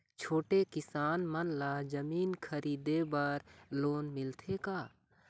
छोटे किसान मन ला जमीन खरीदे बर लोन मिलथे का?